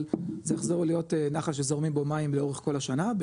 אבל זה יחזור להיות נחל שזורמים בו מים לאורך כל השנה.